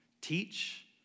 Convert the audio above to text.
Teach